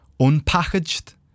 unpackaged